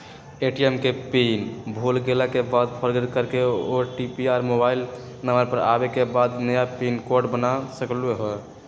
ATM के pin भुलागेल के बाद फोरगेट कर ओ.टी.पी मोबाइल नंबर पर आवे के बाद नया पिन कोड बना सकलहु ह?